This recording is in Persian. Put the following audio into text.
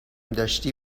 داشتی